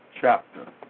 chapter